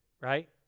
right